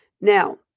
Now